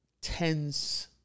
tense